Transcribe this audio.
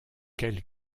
quel